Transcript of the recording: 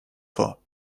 vor